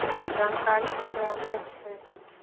जानकारी जकरा नहि छै